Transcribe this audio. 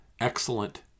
excellent